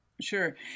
Sure